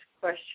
question